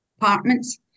apartments